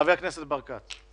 חבר הכנסת ברקת.